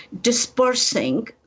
dispersing